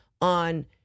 on